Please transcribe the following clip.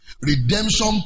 Redemption